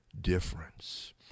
difference